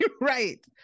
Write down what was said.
right